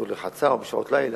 כאסורים לרחצה או בשעות לילה,